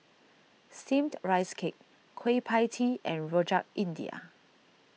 Steamed Rice Cake Kueh Pie Tee and Rojak India